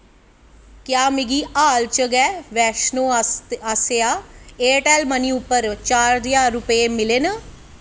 क्या मिगी हाल च गै वैश्णो आसेआ एयरटैल्ल मनी उप्पर चार ज्हार रपेऽ मिले न